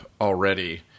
already